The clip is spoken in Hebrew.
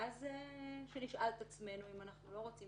ואז נשאל את עצמנו אם אנחנו לא רוצים